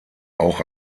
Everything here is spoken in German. auch